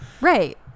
Right